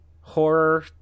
horror